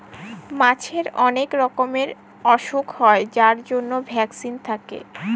মাছের অনেক রকমের ওসুখ হয় যার জন্য ভ্যাকসিন থাকে